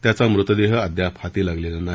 त्याचा मृतदेह अद्याप हाती लागलेला नाही